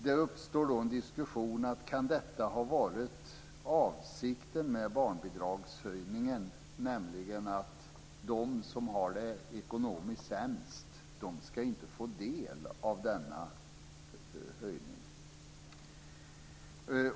Det uppstod då en diskussion om avsikten med barnbidragshöjningen kan ha varit att de som har det ekonomiskt sämst inte skulle få del av den.